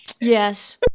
Yes